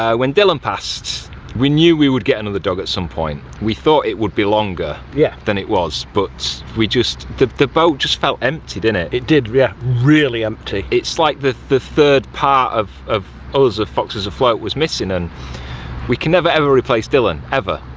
ah when dillon we knew we would get another dog at some point. we thought it would be longer yeah than it was but, we just, the the boat just felt empty didn't it? it did yeah, really empty. it's like the the third part of of us, of foxes afloat was missing and we can never ever replace dillon, ever.